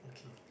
okay